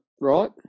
right